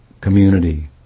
community